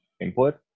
input